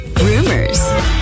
rumors